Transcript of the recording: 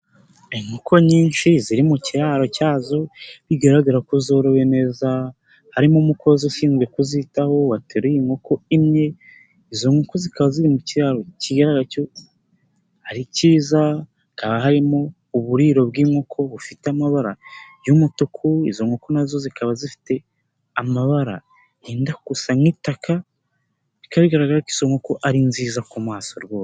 Inkoko nyinshi ziri mu kiraro cyazo, bigaragara ko zorowe neza ,harimo umukozi ushinzwe kuzitaho wateruye inkoko imwe, izo nkoko zikaba ziri mu kiraro kikaba ari cyiza, hakaba harimo uburiro bw'inkoko bufite amabara y'umutuku izo nkoko nazo zikaba zifite amabara yenda gusa nk'itaka, bikaba bigaragara ko izo nkoko ari nziza ku maso rwose.